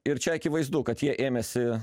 ir čia akivaizdu kad jie ėmėsi